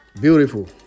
Beautiful